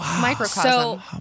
microcosm